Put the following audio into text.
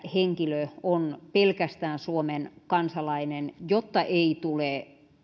henkilö on pelkästään suomen kansalainen jotta ei tule